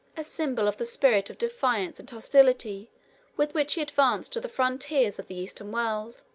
a symbol of the spirit of defiance and hostility with which he advanced to the frontiers of the eastern world.